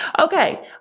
Okay